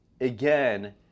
Again